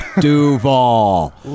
Duval